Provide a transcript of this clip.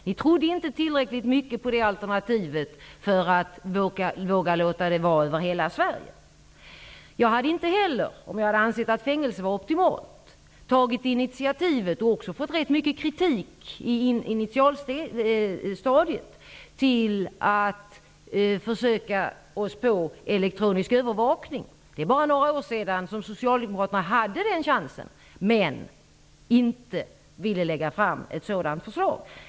Ni trodde inte tillräckligt mycket på det alternativet för att våga låta det gälla för hela Sverige. Om jag hade ansett att fängelse var optimalt, hade jag inte heller tagit initiativ till ett försök med elektronisk övervakning, vilket jag också i initialstadiet fått ganska mycket kritik för. Det är bara några år sedan Socialdemokraterna hade chansen men då inte ville lägga fram ett sådant förslag.